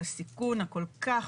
את הסיכון הכול כך,